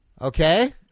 Okay